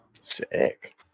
sick